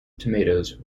tomatoes